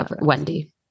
Wendy